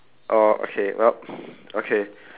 oh okay well okay